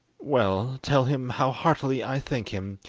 well, tell him how heartily i thank him,